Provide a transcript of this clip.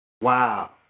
Wow